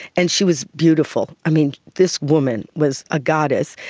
and she was beautiful, i mean, this woman was a goddess,